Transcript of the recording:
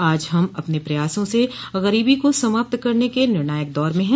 आज हम अपने प्रयासों से गरीबी को समाप्त करने के निर्णायक दौर में हैं